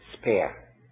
Spare